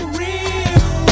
real